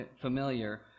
familiar